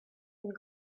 and